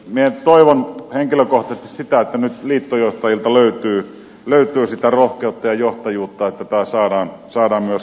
minä toivon henkilökohtaisesti sitä että nyt liittojohtajilta löytyy sitä rohkeutta ja johtajuutta että tämä saadaan myöskin käytäntöön